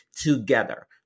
together